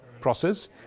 process